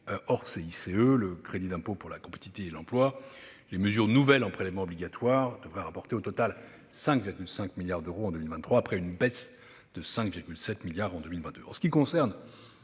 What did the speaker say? Hors crédit d'impôt pour la compétitivité et l'emploi (CICE), les mesures nouvelles en prélèvements obligatoires devraient rapporter au total 5,5 milliards d'euros en 2023, après une baisse de 5,7 milliards en 2022.